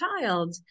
child